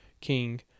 king